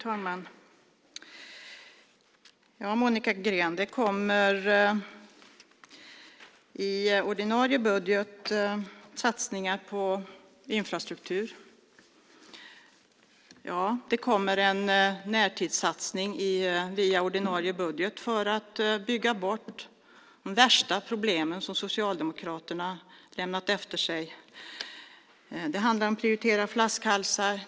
Fru talman! Det kommer i ordinarie budget satsningar på infrastruktur. Det kommer en närtidssatsning i ordinarie budget för att bygga bort de värsta problemen som Socialdemokraterna har lämnat efter sig. Det handlar om att prioritera flaskhalsar.